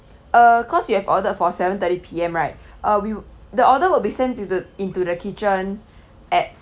uh cause you have ordered for seven thirty P_M right uh we the order will be sent to the into the kitchen at